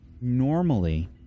Normally